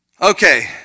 Okay